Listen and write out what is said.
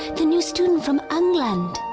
the new student from england.